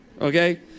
Okay